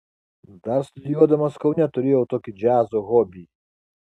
dar studijuodamas kaune turėjau tokį džiazo hobį